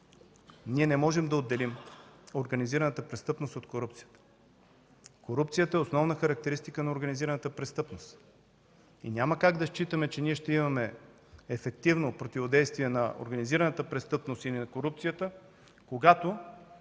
ние не можем да отделим организираната престъпност от корупцията. Корупцията е основна характеристика на организираната престъпност и няма как да считаме, че ще имаме ефективно противодействие на организираната престъпност или на корупцията, когато